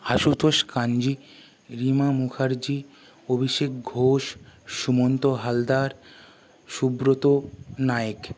Ashutosh Kanji Rima Mukherjee Abhishek Ghosh Sumanta Haldar Subrata Naik